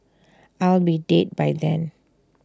I'll be dead by then